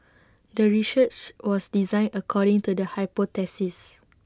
the research was designed according to the hypothesis